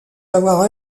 avoir